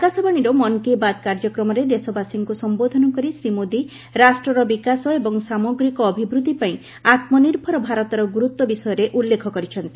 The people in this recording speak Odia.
ଆକାଶବାଣୀର ମନ୍ କି ବାତ୍ କାର୍ଯ୍ୟକ୍ରମରେ ଦେଶବାସୀଙ୍କୁ ସମ୍ବୋଧନ କରି ଶ୍ରୀ ମୋଦି ରାଷ୍ଟ୍ରର ବିକାଶ ଏବଂ ସାମଗ୍ରିକ ଅଭିବୃଦ୍ଧି ପାଇଁ ଆତ୍ମନିର୍ଭର ଭାରତର ଗୁରୁତ୍ୱ ବିଷୟରେ ଉଲ୍ଲେଖ କରିଛନ୍ତି